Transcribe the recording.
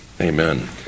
Amen